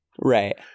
Right